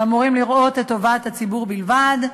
שאמורים לראות את טובת הציבור בלבד,